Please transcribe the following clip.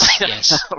yes